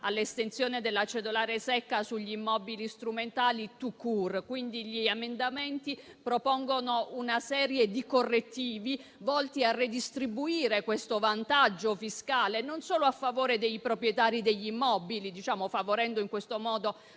all'estensione della cedolare secca sugli immobili strumentali *tout court.* Quindi gli emendamenti propongono una serie di correttivi volti a redistribuire questo vantaggio fiscale non solo a favore dei proprietari degli immobili, favorendo in questo modo